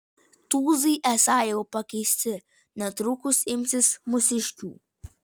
tūzai esą jau pakeisti netrukus imsis mūsiškių